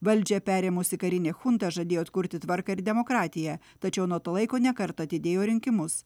valdžią perėmusi karinė chunta žadėjo atkurti tvarką ir demokratiją tačiau nuo to laiko ne kartą atidėjo rinkimus